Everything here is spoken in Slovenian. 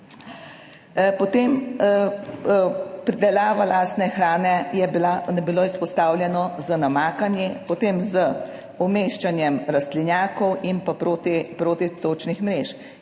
Potem pridelava lastne hrane, je bilo izpostavljeno z namakanji, potem z umeščanjem rastlinjakov in pa proti, protitočnih mrež.